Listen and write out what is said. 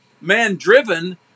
man-driven